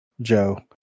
Joe